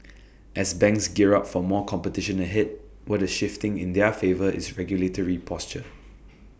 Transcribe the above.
as banks gear up for more competition ahead what the shifting in their favour is regulatory posture